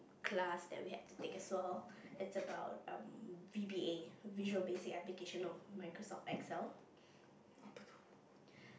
class that we have to take as well it's about um V_B_A Visual Basic Application of Microsoft Excel